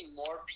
more